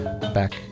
Back